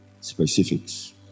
Specifics